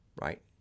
right